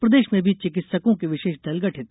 प्रदेश में भी चिकित्सकों के विशेष दल गठित